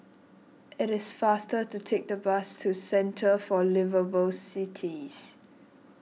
it is faster to take the bus to Centre for Liveable Cities